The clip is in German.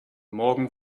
morgen